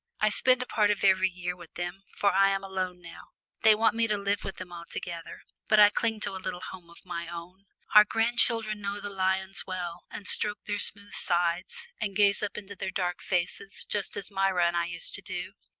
i spend a part of every year with them, for i am alone now. they want me to live with them altogether, but i cling to a little home of my own. our grandchildren know the lions well, and stroke their smooth sides, and gaze up into their dark faces just as myra and i used to do.